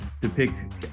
depict